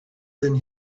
than